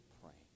praying